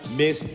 miss